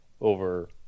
over